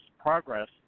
progress